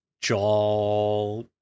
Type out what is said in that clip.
jaw